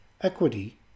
equity